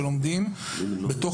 כרגע לומדים בתוך